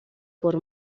por